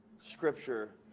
scripture